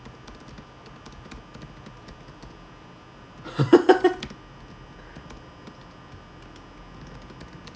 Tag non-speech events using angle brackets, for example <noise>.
<laughs>